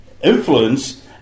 influence